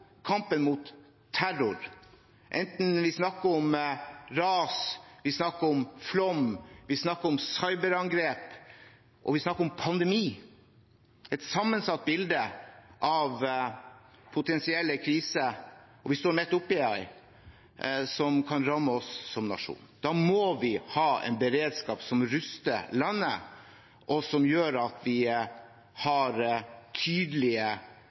kampen mot terror, om ras, om flom, om cyberangrep eller om pandemi – et sammensatt bilde av potensielle kriser. Vi står midt oppe i en, som kan ramme oss som nasjon. Da må vi ha en beredskap som ruster landet, og som gjør at vi har tydelige